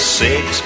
six